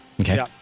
okay